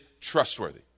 trustworthy